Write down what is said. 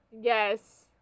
Yes